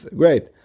great